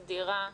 סדירה.